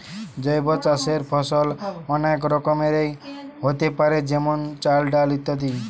জৈব চাষের ফসল অনেক রকমেরই হোতে পারে যেমন চাল, ডাল ইত্যাদি